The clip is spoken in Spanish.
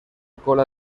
cola